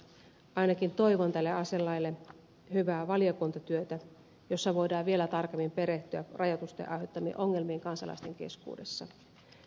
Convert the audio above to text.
ainakin toivon tälle aselaille hyvää valiokuntatyötä jossa voidaan vielä tarkemmin perehtyä rajoitusten aiheuttamiin ongelmiin kansalaisten keskuudessa